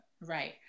Right